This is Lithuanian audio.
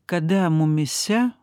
kada mumyse